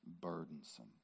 burdensome